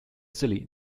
silly